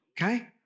Okay